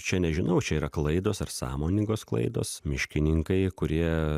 čia nežinau čia yra klaidos ar sąmoningos klaidos miškininkai kurie